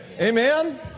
Amen